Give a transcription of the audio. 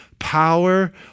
power